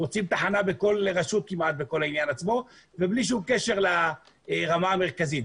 רוצים תחנה בכל רשות ובלי שום קשר לרמה המרכזית.